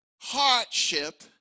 hardship